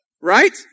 right